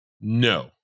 No